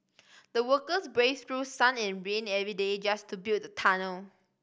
the workers braved through sun and rain every day just to build the tunnel